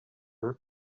her